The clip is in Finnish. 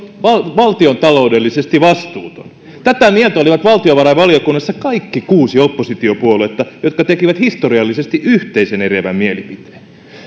valtiontaloudellisesti vastuuton tätä mieltä olivat valtiovarainvaliokunnassa kaikki kuusi oppositiopuoluetta jotka tekivät historiallisesti yhteisen eriävän mielipiteen